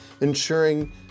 ensuring